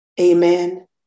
Amen